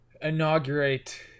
inaugurate